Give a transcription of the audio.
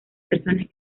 personas